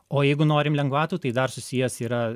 o jeigu norim lengvatų tai dar susijęs yra